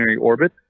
orbit